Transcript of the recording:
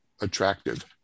attractive